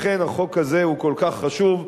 לכן החוק הזה כל כך חשוב.